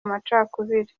amacakubiri